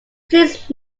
please